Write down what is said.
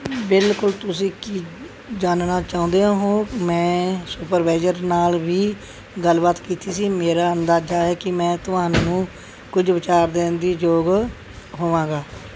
ਬਿਲਕੁਲ ਤੁਸੀਂ ਕੀ ਜਾਨਣਾ ਚਾਹੁੰਦੇ ਹੋ ਮੈਂ ਸੁਪਰਵਾਈਜ਼ਰ ਨਾਲ ਵੀ ਗੱਲਬਾਤ ਕੀਤੀ ਸੀ ਮੇਰਾ ਅੰਦਾਜ਼ਾ ਹੈ ਕੀ ਮੈਂ ਤੁਹਾਨੂੰ ਕੁਝ ਵਿਚਾਰ ਦੇਣ ਦੀ ਯੋਗ ਹੋਵਾਂਗਾ